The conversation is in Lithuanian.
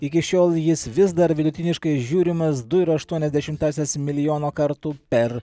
iki šiol jis vis dar vidutiniškai žiūrimas du ir aštuonias dešimtąsias milijono kartų per